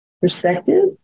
perspective